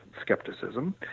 skepticism